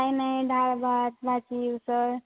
काय नाही डाळ भात भाजी उसळ